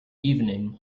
evening